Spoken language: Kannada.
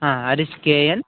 ಹಾಂ ಹರೀಶ್ ಕೆ ಎನ್